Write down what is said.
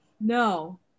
No